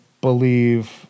believe